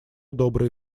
добрые